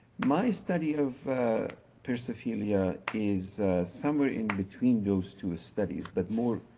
my study of persophilia is somewhere in between those two studies, but more,